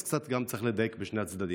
אז צריך לדייק קצת בשני הצדדים.